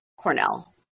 Cornell